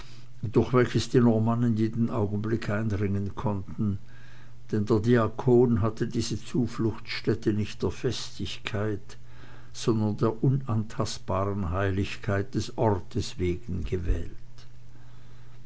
durch welches die normannen jeden augenblick eindringen konnten denn der diakon hatte diese zufluchtsstätte nicht der festigkeit sondern der unantastbaren heiligkeit des ortes wegen gewählt